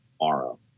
tomorrow